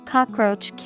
Cockroach